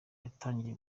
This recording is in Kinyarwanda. yatangiye